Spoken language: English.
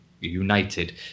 United